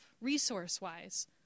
resource-wise